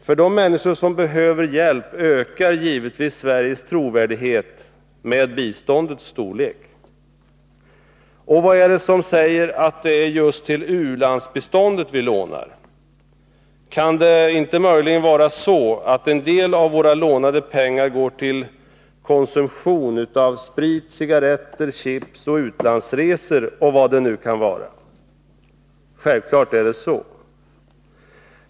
För de människor som behöver hjälp ökar givetvis Sveriges trovärdighet med biståndets storlek. Och vad är det som säger att det är just till u-landsbiståndet som vi lånar? Kan det inte möjligen vara så, att en del av våra lånade pengar går till konsumtion av sprit, cigaretter och chips och till utlandsresor? Självfallet är det så!